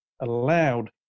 allowed